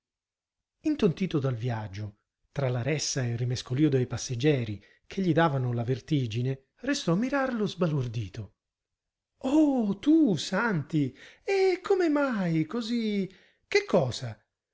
intontito dal viaggio tra la ressa e il rimescolio dei passeggeri che gli davano la vertigine restò a mirarlo sbalordito oh tu santi e come mai così che cosa